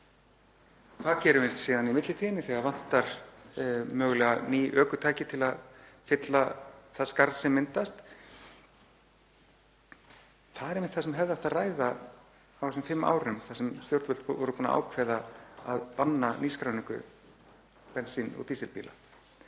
Hvað gerum við síðan í millitíðinni þegar það vantar mögulega ný ökutæki til að fylla það skarð sem myndast? Það er einmitt það sem hefði átt að ræða á þessum fimm árum þar sem stjórnvöld voru búin að ákveða að banna nýskráningu bensín- og dísilbíla.